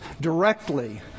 directly